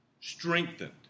Strengthened